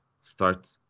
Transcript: start